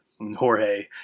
Jorge